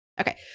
Okay